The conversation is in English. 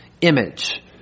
image